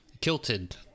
Kilted